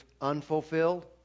unfulfilled